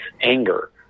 anger